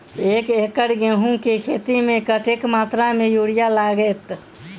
एक एकड़ गेंहूँ केँ खेती मे कतेक मात्रा मे यूरिया लागतै?